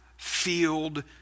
field